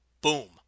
boom